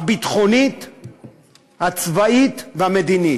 הביטחונית-הצבאית והמדינית.